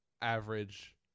average